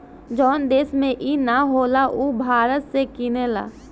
जवन देश में ई ना होला उ भारत से किनेला